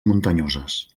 muntanyoses